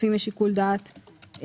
הכספים יש שיקול דעת מוגבל,